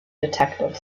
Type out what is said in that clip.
detective